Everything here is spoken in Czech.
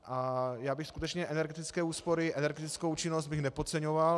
A já bych skutečně energetické úspory, energetickou účinnost nepodceňoval.